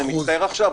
אני מצטער עכשיו,